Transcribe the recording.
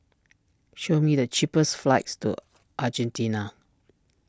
show me the cheapest flights to Argentina